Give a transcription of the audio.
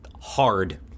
hard